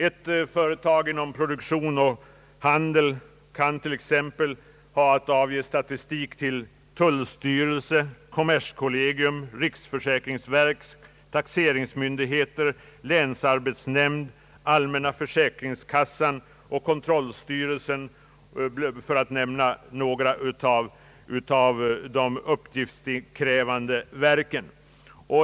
Ett företag inom produktion eller handel kan t.ex. ha att avge statistik till generaltullstyrelsen, kommerskollegium, riksförsäkringsverket, — taxeringsmyndigheterna, länsarbetsnämnden, allmänna försäkringskassan och kontrollstyrelsen för att nu nämna några av de uppgiftskrävande verken.